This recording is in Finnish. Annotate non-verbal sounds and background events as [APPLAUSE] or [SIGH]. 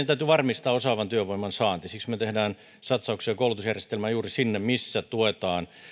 [UNINTELLIGIBLE] täytyy varmistaa osaavan työvoiman saanti siksi me teemme satsauksia koulutusjärjestelmään juuri sinne missä tuetaan